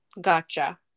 Gotcha